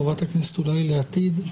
אולי חברת כנסת בעתיד,